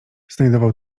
znajdował